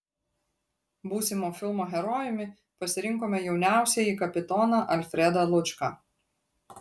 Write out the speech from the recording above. būsimo filmo herojumi pasirinkome jauniausiąjį kapitoną alfredą lučką